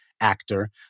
actor